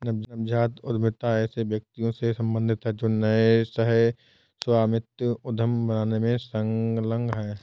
नवजात उद्यमिता ऐसे व्यक्तियों से सम्बंधित है जो नए सह स्वामित्व उद्यम बनाने में संलग्न हैं